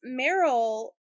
Meryl